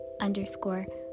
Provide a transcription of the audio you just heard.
underscore